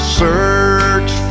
search